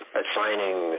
assigning